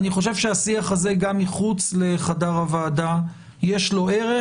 אני חושב שהשיח גם מחוץ לחדר הוועדה יש לו ערך.